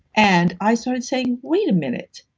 and i started saying, wait a minute,